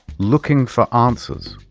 looking for answers.